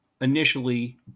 initially